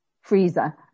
freezer